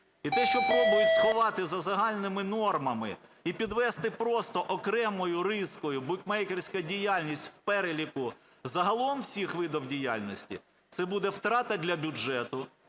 і те, що пробують сховати за загальними нормами і підвести просто окремою рискою – букмекерська діяльність в переліку загалом всіх видів діяльності, це буде втрата для бюджету,